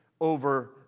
over